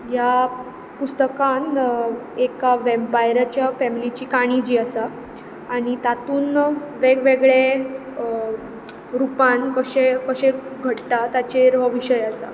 ह्या पुस्तकान एका वॅम्पायराच्या फॅमिलीची काणी जी आसा आनी तातून वेग वेगळे रुपान कशे कशे घडटा ताचेर हो विशय आसा